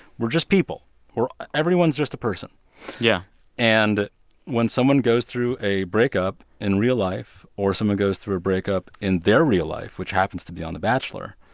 we're just people or everyone's just a person yeah and when someone goes through a breakup in real life or someone goes through a breakup in their real life, which happens to be on the bachelor,